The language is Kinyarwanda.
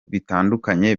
bitandukanye